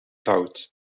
taut